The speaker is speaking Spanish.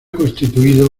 constituido